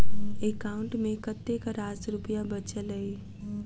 account मे कतेक रास रुपया बचल एई